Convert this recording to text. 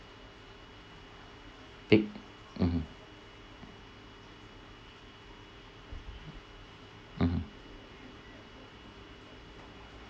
big mmhmm mmhmm